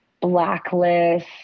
blacklist